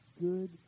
good